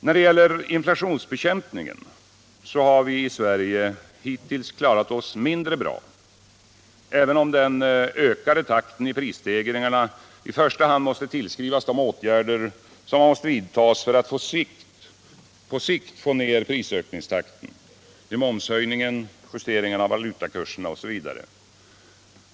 När det gäller inflationsbekämpningen har vi i Sverige hittills klarat oss mindre bra, även om den ökade takten i prisstegringarna i första hand måste tillskrivas de åtgärder som måst vidtas för att på sikt få ner prisökningstakten: momshöjningen, justeringarna av valutakurserna osv.